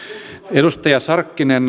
edustaja sarkkinen